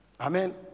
Amen